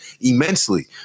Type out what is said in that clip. immensely